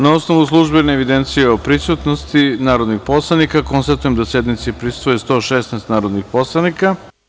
Na osnovu službene evidencije o prisutnosti narodnih poslanika, konstatujem da sednici prisustvuje 116 narodnih poslanika.